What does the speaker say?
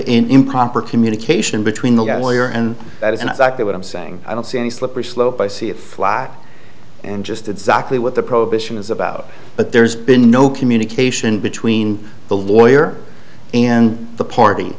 improper communication between the got a lawyer and that isn't exactly what i'm saying i don't see any slippery slope i see it flak and just exactly what the prohibition is about but there's been no communication between the lawyer and the party